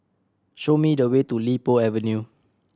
show me the way to Li Po Avenue